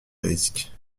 risques